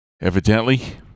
Evidently